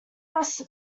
must